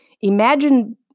Imagine